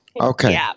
Okay